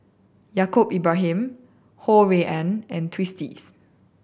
Yaacob Ibrahim Ho Rui An and Twisstii